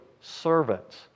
servants